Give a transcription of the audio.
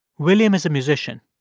william is a musician.